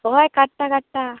हय काडटा काडटा